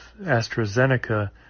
AstraZeneca